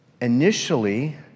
Initially